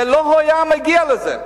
זה לא היה מגיע לזה.